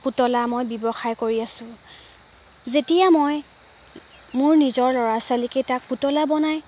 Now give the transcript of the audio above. পুতলা মই ব্যৱসায় কৰি আছো যেতিয়া মই মোৰ নিজৰ ল'ৰা ছোৱালীকেইটাক পুতলা বনাই